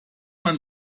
man